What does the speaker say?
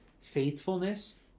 faithfulness